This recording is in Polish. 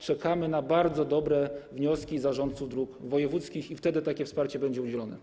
Czekamy na bardzo dobre wnioski zarządców dróg wojewódzkich i wtedy takie wsparcie będzie udzielone.